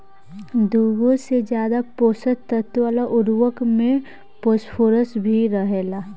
दुगो से ज्यादा पोषक तत्व वाला उर्वरक में फॉस्फोरस भी रहेला